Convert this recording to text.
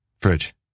Fridge